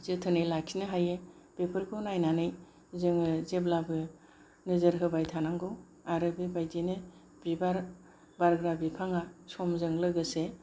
जोथोनै लाखिनो हायो बेफोरखौ नायनानै जोङो जेब्लाबो नोजोर होबाय थानांगौ आरो बेबायदिनो बिबार बारग्रा बिफाङा समजों लोगोसे